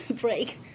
break